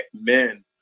men